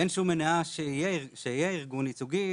אין שום מניעה שיהיה ארגון ייצוגי,